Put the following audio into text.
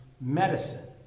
medicine